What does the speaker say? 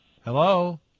Hello